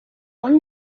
one